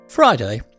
Friday